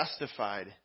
justified